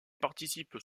participe